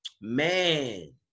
man